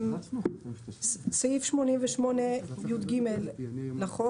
סעיף 88יג לחוק,